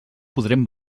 podrem